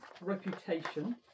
reputation